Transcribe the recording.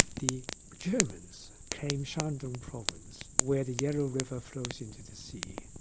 the germans claimed shandong province where the yellow river flows into the sea,